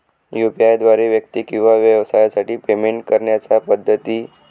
UPI द्वारे व्यक्ती किंवा व्यवसायांसाठी पेमेंट करण्याच्या पद्धती